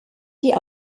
die